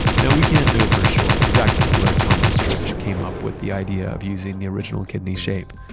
now, we can't know for sure exactly where thomas church came up with the idea of using the original kidney shape.